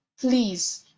please